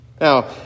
Now